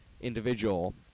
individual